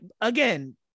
again